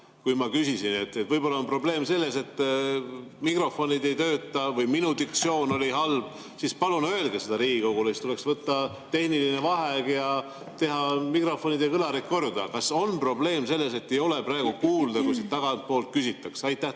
kui ma küsisin. Võib-olla on probleem selles, et mikrofonid ei tööta või minu diktsioon oli halb. [Kui nii,] siis palun öelge seda Riigikogule. Siis tuleks võtta tehniline vaheaeg ja teha mikrofonid ja kõlarid korda. Kas on probleem selles, et ei ole praegu kuulda, kui siit tagantpoolt küsitakse?